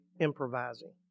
improvising